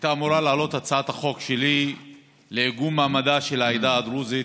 הייתה אמורה לעלות הצעת החוק שלי לעיגון מעמדה של העדה הדרוזית